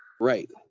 Right